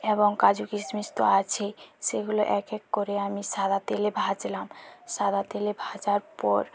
এবং কাজু কিসমিস তো আছেই সেগুলো এক এক করে আমি সাদা তেলে ভাজলাম সাদা তেলে ভাজার পর